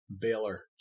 Baylor